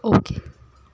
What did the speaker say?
okay